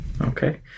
Okay